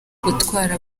gutwara